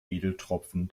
edeltropfen